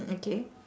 okay